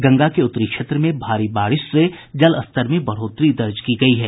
गंगा के उत्तरी क्षेत्र में भारी बारिश से जलस्तर में बढ़ोतरी हुई है